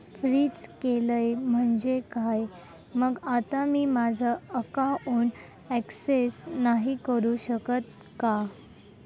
fridge केलं आहे म्हणजे काय मग आता मी माझं अकाऊन ॲक्सेस नाही करू शकत का